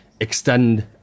extend